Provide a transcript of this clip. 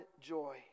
joy